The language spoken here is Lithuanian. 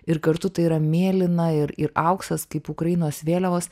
ir kartu tai yra mėlyna ir ir auksas kaip ukrainos vėliavos